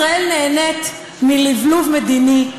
ישראל נהנית מלבלוב מדיני.